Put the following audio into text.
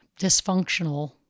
dysfunctional